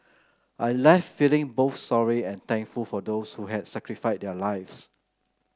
I left feeling both sorry and thankful for those who had sacrificed their lives